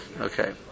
Okay